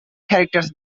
characters